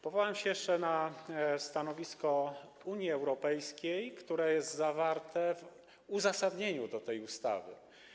Powołam się jeszcze na stanowisko Unii Europejskiej, które jest zawarte w uzasadnieniu tej ustawy.